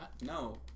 No